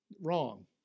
Wrong